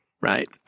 Right